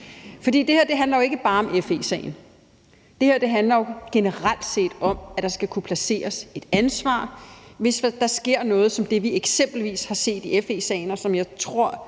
For det her handler jo ikke bare om FE-sagen. Det her handler generelt set om, at der skal kunne placeres et ansvar, hvis der sker noget som det, vi eksempelvis har set i FE-sagen, og som jeg tror